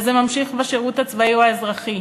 זה ממשיך בשירות הצבאי או האזרחי,